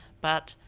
but,